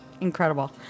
incredible